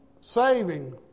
saving